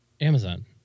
Amazon